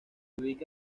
ubica